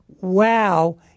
wow